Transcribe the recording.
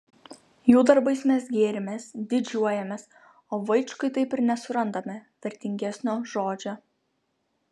jų darbais mes gėrimės didžiuojamės o vaičkui taip ir nesurandame vertingesnio žodžio